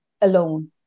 alone